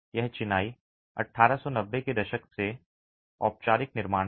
यह चिनाई 1890 के दशक से में औपचारिक निर्माण है